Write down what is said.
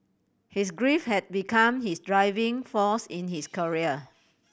his grief had become his driving force in his career